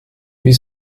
wie